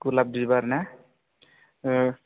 गलाब बिबार ना